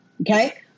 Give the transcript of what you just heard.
Okay